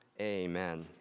Amen